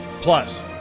Plus